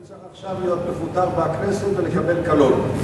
הוא צריך עכשיו להיות מפוטר מהכנסת ולקבל קלון.